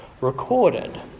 recorded